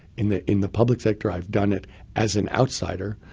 in the in the public sector i've done it as an outsider.